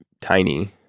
tiny